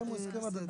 הסכם הוא הסכם הדדי.